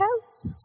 House